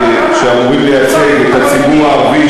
שאמורים לייצג את הציבור הערבי,